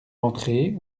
entrée